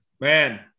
Man